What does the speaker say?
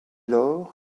lors